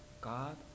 God